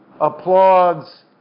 applauds